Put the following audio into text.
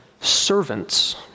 Servants